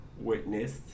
witnessed